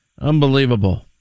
Unbelievable